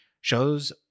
shows